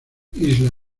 isla